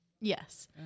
Yes